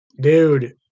Dude